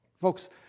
Folks